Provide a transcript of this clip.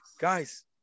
guys